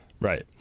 Right